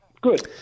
good